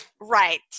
right